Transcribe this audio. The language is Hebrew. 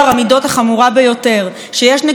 שיש נגדו ארבעה עדי מדינה,